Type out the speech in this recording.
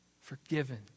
forgiven